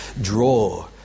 draw